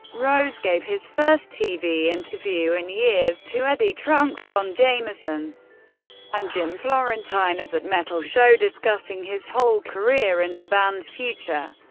rose gave his first tv tv interview in years to eddie trunk, don jamieson and jim florentine of that metal show, discussing his whole career and the band's future.